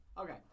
Okay